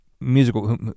musical